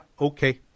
okay